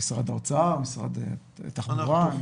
משרד האוצר, משרד התחבורה.